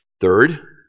Third